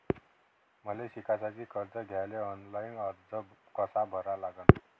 मले शिकासाठी कर्ज घ्याले ऑनलाईन अर्ज कसा भरा लागन?